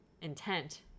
intent